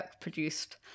produced